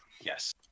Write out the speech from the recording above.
Yes